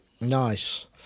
Nice